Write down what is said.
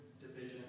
division